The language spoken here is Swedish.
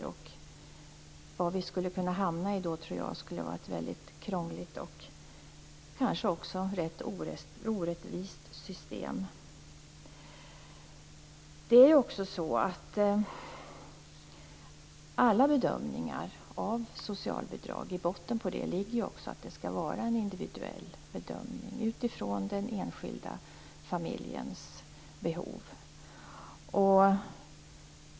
Då tror jag att vi skulle kunna hamna i ett väldigt krångligt och kanske också ganska orättvist system. I botten på alla bedömningar av socialbidrag ligger ju att det skall vara en individuell bedömning utifrån den enskilda familjens behov.